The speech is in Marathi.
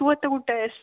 तू आता कुठं आहेस